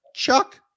Chuck